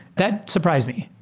that surprised me,